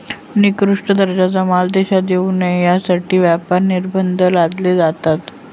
निकृष्ट दर्जाचा माल देशात येऊ नये यासाठी व्यापार निर्बंध लादले जातात